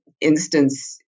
instance